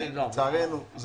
לצערנו,